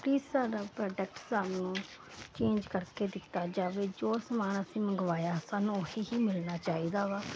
please ਸਾਡਾ product ਸਾਨੂੰ change ਕਰਕੇ ਦਿੱਤਾ ਜਾਵੇ ਜੋ ਸਮਾਨ ਅਸੀਂ ਮੰਗਵਾਇਆ ਸਾਨੂੰ ਉਹੀ ਹੀ ਮਿਲਣਾ ਚਾਹੀਦਾ ਵਾ